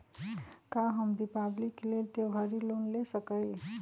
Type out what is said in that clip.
का हम दीपावली के लेल त्योहारी लोन ले सकई?